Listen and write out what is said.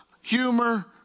humor